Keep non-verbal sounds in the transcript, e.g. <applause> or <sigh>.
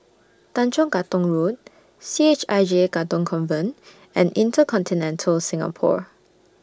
<noise> Tanjong Katong Road C H I J Katong Convent and InterContinental Singapore